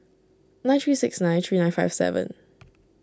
nine three six nine three nine five seven